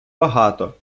багато